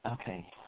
okay